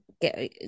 get